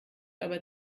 aber